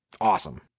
awesome